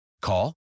Call